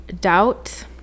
doubt